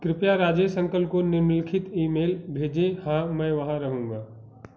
कृपया राजेश अंकल को निम्नलिखित ईमेल भेजें हाँ मैं वहाँ रहूँगा